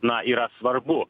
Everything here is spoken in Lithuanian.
na yra svarbu